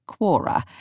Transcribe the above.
Quora